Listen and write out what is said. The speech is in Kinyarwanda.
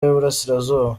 y’uburasirazuba